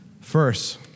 First